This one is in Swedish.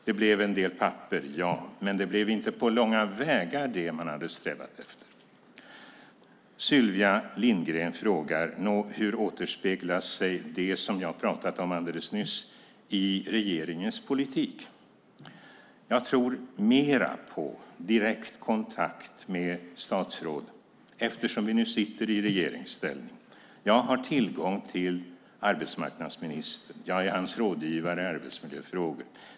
Det blev en del papper, ja. Men det blev inte på långa vägar det man hade strävat efter. Sylvia Lindgren frågar hur det som jag pratade om alldeles nyss återspeglar sig i regeringens politik. Jag tror mer på direkt kontakt med statsråd, eftersom vi nu sitter i regeringsställning. Jag har tillgång till arbetsmarknadsministern. Jag är hans rådgivare i arbetsmiljöfrågor.